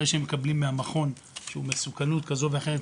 אחרי שמקבלים מהמכון מסוכנוּת כזו או אחרת,